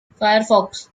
firefox